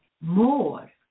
more